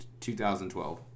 2012